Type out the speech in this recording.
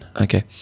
Okay